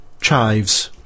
Chives